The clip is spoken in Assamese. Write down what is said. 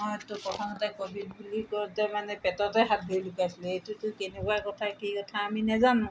মইতো প্ৰথমতে ক'ভিড বুলি কওঁতে মানে পেটতে হাত ভৰি লুকাইছিলোঁ এইটোতো কেনেকুৱা কথা কি কথা আমি নাজানো